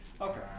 Okay